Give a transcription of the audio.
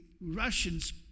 Russians